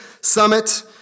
Summit